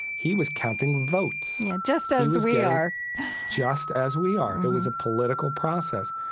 he was counting votes yeah, just as we are just as we are. it was a political process.